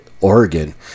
Oregon